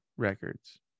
records